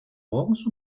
morgens